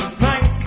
thank